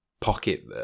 pocket